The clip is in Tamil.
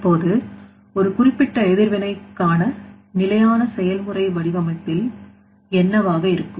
இப்போது ஒரு குறிப்பிட்ட எதிர்வினை காண நிலையான செயல்முறை வடிவமைப்பில் என்னவாக இருக்கும்